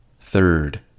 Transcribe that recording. third